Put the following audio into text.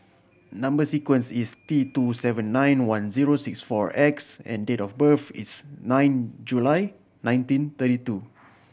number sequence is T two seven nine one zero six four X and date of birth is nine July nineteen thirty two